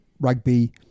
rugby